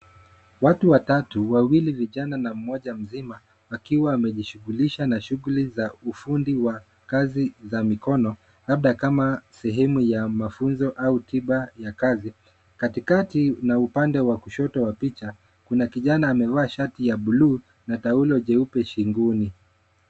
Watu watatu, wawili vijana na mmoja mzima wakiwa wamejishughulisha na shughuli za ufundi wa kazi za mikono labda kama sehemu ya mafunzo au tiba ya kazi. Katikati na upande wa kushoto wa picha kuna kijana amevaa shati ya bluu na taulo jeupe shingoni.